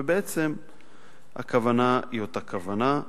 בעצם הכוונה היא אותה כוונה.